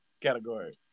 category